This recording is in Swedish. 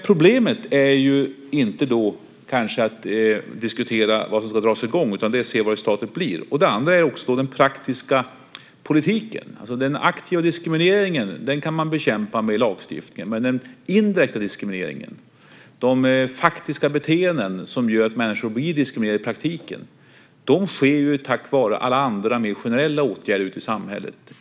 Problemet är kanske inte vad som ska dras i gång utan det är vad resultatet blir. Det andra är den praktiska politiken. Den aktiva diskrimineringen kan man bekämpa med lagstiftning. Men den indirekta diskrimineringen, de faktiska beteenden som gör att människor blir diskriminerade i praktiken, sker på grund av alla andra mer generella åtgärder ute i samhället.